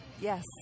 Yes